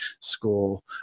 school